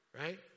Right